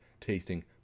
tasting